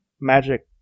magic